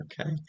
Okay